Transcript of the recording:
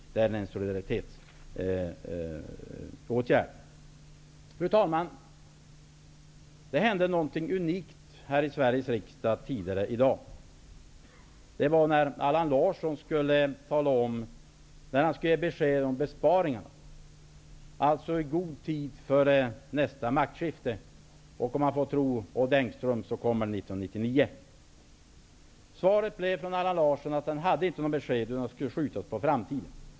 Det är fråga om en solidaritetsåtgärd. Fru talman! Något unikt hände i Sveriges riksdag tidigare i dag. Det var när Allan Larsson skulle ge besked om besparingar i god tid före nästa maktskifte -- som, om man får tro Odd Engström, kommer 1999. Svaret från Allan Larsson blev att han inte hade något besked. Beskedet skulle skjutas på framtiden.